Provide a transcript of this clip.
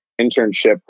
internship